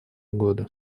годы